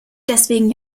deswegen